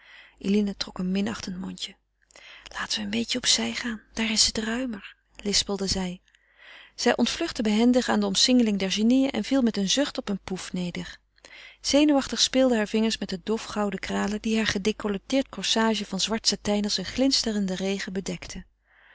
eline trok een minachtend mondje laten we een beetje op zij gaan daar is het ruimer lispelde zij zij ontvluchtte behendig aan de omsingeling der genieën en viel met een zucht op een pouffe neder zenuwachtig speelden hare vingers met de dof gouden kralen die haar gedecolleteerd corsage van zwart satijn als een glinsterende regen bedekten